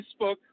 Facebook